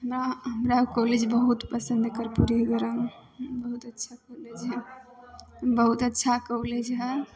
हमरा हमरा उ कॉलेज बहुत पसन्द हइ कर्पूरी ग्राम बहुत अच्छा कॉलेज हइ बहुत अच्छा कॉलेज हइ